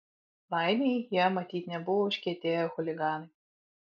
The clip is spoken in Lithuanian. laimei jie matyt nebuvo užkietėję chuliganai